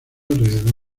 alrededor